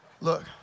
Look